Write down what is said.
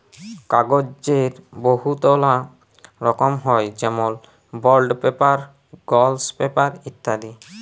কাগ্যজের বহুতলা রকম হ্যয় যেমল বল্ড পেপার, গলস পেপার ইত্যাদি